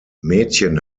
mädchen